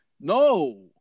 No